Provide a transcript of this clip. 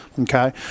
Okay